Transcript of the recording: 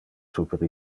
super